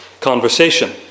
conversation